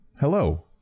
Hello